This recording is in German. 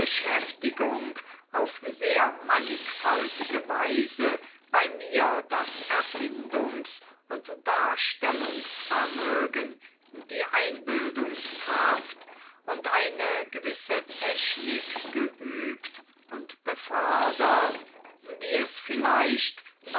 beschäftigung auf sehr mannigfaltige weise bei mir das erfindungs und darstellungsvermögen die einbildungskraft und eine gewisse technik geübt und befördert wie es vielleicht